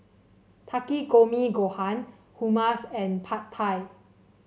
Takikomi Gohan Hummus and Pad Thai